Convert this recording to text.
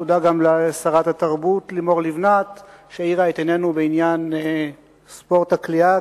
תודה גם לשרת התרבות לימור לבנת שהאירה את עינינו בעניין ספורט הקליעה,